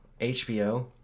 HBO